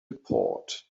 report